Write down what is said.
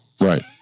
Right